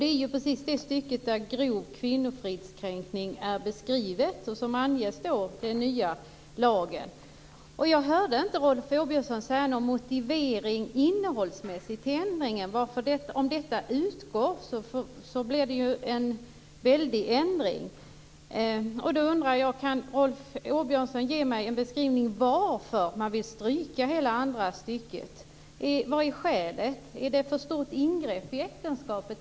Det är precis det stycket där grov kvinnofridskränkning är beskrivet och som anges i den nya lagen. Jag hörde inte Rolf Åbjörnsson ge någon innehållslig motivering till ändringen. Det blir en väldig ändring om det stycket utgår. Kan Rolf Åbjörnsson ge mig en motivering till varför hela andra stycket skall strykas? Vad är skälet? Är det ett för stort ingrepp i äktenskapet?